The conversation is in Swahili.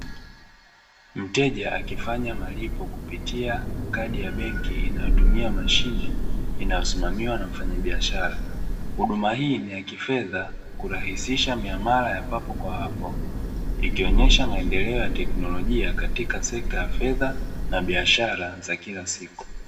Mteja akifanya malipo kupitia kadi ya benki inayotumia mashine, inayosimamiwa na mfanyabiashara. Huduma hii ni ya kifedha, kurahisisha miamala ya papo kwa hapo, ikionyesha maendeleo ya teknolojia katika sekta ya fedha, na biashara za kila siku.